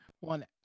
one